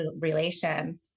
relation